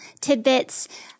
tidbits